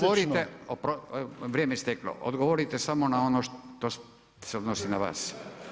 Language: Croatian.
Vrijeme je isteklo, odgovorite samo ono što se odnosi na vas.